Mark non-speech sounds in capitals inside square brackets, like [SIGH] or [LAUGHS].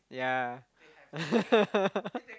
yeah [LAUGHS]